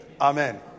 Amen